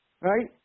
Right